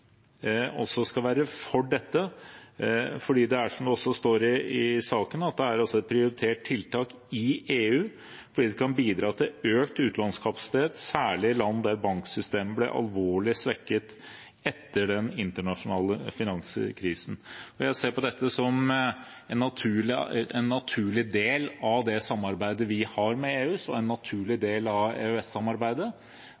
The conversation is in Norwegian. for dette, for det er som det står i innstillingen, «et prioritert tiltak i EU fordi det kan bidra til økt utlånskapasitet, særlig i land der banksystemet ble alvorlig svekket etter den internasjonale finanskrisen». Jeg ser på dette som en naturlig del av det samarbeidet vi har med EU, som en naturlig